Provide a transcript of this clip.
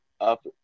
up